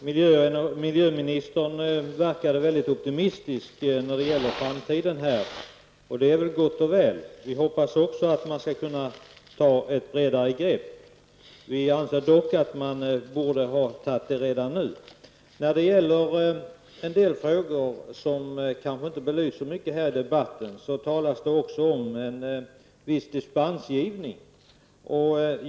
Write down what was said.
Fru talman! Miljöministern verkade mycket optimistisk om framtiden. Det är gott och väl. Vi hoppas också att man skall kunna ta ett bredare grepp. Vi anser dock att man borde ha tagit det redan nu. I andra frågor som kanske inte belyses så mycket här i debatten talas det också om en viss dispensgivning.